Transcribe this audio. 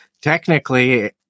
Technically